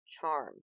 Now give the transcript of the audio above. charm